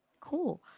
Cool